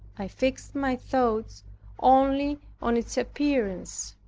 i fixed my thoughts only on its appearance.